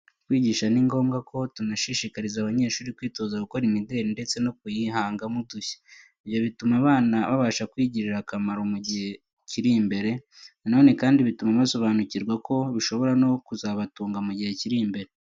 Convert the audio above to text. Kwigisha ni ngombwa ko tunashishikariza abanyeshuri kwitoza gukora imideri ndetse no kuyihangamo udushya. Ibyo bituma abana babasha kwigirira akamaro mu gihe kiri imbere. Nanone kandi bituma basobanukirwa ko bishobora no kuzabatunga mu gihe kiri imbere.